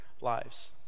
lives